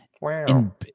Wow